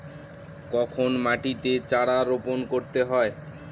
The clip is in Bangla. কখন মাটিতে চারা রোপণ করতে হয়?